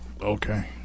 okay